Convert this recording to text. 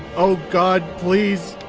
oh, god, please!